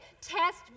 test